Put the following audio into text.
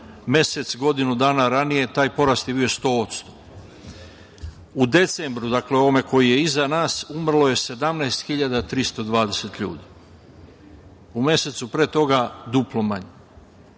mesec godinu dana ranije taj porast je bio 100%. U decembru, dakle, ovome koji je iza nas, umrlo je 17.320 ljudi. U mesecu pre toga duplo manje.